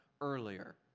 earlier